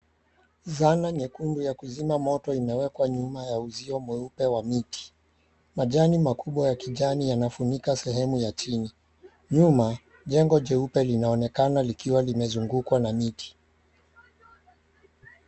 Zana nyekundu ya kuzima moto imewekwa ya uzio mweupe wa miti majani makubwa ya kijani yanafunika sehemu kubwa ya chini, nyuma jengo jeupe linaonekana likiwa limezungukwa na miti.